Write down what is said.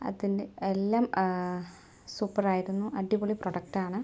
അതിൻ്റെ എല്ലാം സൂപ്പറായിരുന്നു അടിപൊളി പ്രൊഡക്റ്റ് ആണ്